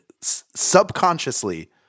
subconsciously